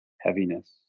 heaviness